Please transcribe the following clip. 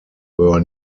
were